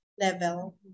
level